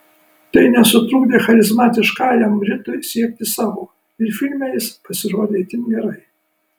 tai nesutrukdė charizmatiškajam britui siekti savo ir filme jis pasirodė itin gerai